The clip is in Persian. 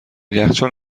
یخچال